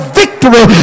victory